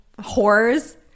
whores